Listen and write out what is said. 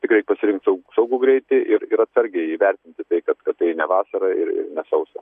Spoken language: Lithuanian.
tikrai pasirinkt sau saugų greitį ir ir atsargiai įvertinti tai kad kad tai ne vasara ir nesausa